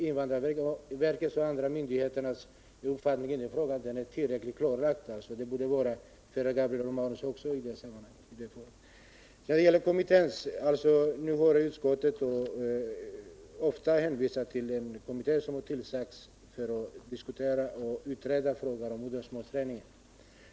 Invandrarverket och andra myndigheters uppfattning i den här frågan är alltså tillräckligt klar, och det borde den vara också för Gabriel Romanus. Utskottet har hänvisat till en kommitté som har tillsatts för att utreda frågan om modersmålsträningen.